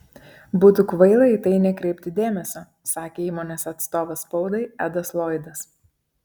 būtų kvaila į tai nekreipti dėmesio sakė įmonės atstovas spaudai edas loydas